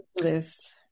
List